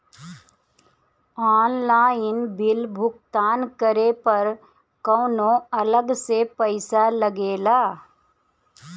Online bill भुगतान करे पर कौनो अलग से पईसा लगेला?